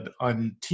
on